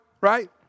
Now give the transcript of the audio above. right